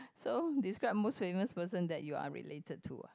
so describe most famous person that you are related to ah